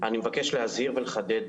אני מבקש להזהיר ולחדד,